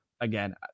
again